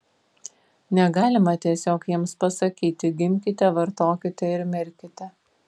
negalima tiesiog jiems pasakyti gimkite vartokite ir mirkite